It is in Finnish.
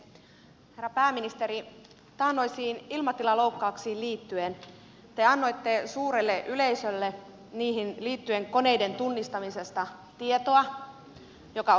herra pääministeri taannoisiin ilmatilan louk kauksiin liittyen te annoitte suurelle yleisölle koneiden tunnistamisesta tietoa joka osoittautui vääräksi